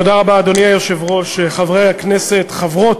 אדוני היושב-ראש, תודה רבה, חברי הכנסת, חברות